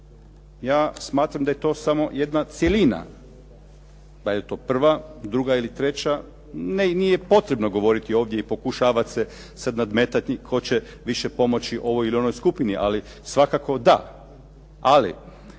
Ja smatram da je to samo jedna cjelina, da je to prva, druga ili treća. Ne, i nije potrebno govoriti ovdje i pokušavat se nadmetati tko će više pomoći ovoj ili onoj skupini ali svakako da.